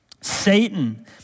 Satan